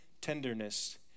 tenderness